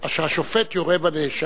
השופט יורה בנאשם.